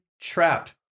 Trapped